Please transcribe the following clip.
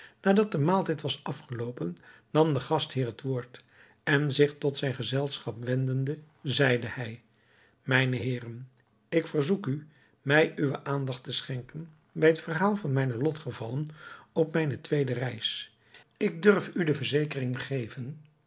nadat de maaltijd was afgeloopen nam de gastheer het woord en zich tot zijn gezelschap wendende zeide hij mijne heeren ik verzoek u mij uwe aandacht te schenken bij het verhaal van mijne lotgevallen op mijne tweede reis ik durf u de verzekering geven